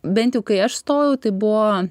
bent jau kai aš stojau tai buvo